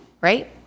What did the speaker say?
right